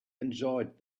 enjoyed